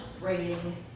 rating